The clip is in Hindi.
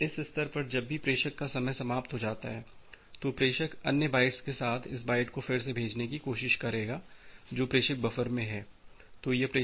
अब इस स्तर पर जब भी प्रेषक का समय समाप्त हो जाता है तो प्रेषक अन्य बाइट्स के साथ इस बाइट को फिर से भेजने की कोशिश करेगा जो प्रेषक बफर में हैं